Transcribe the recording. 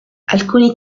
alcuni